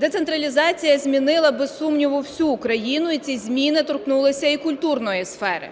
Децентралізація змінила, без сумніву, всю Україну і ці зміни торкнулися і культурної сфери.